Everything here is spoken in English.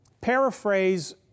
paraphrase